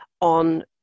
on